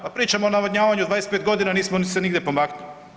Pa pričamo o navodnjavanju 25 godina, nismo se nigdje pomakli.